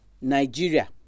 Nigeria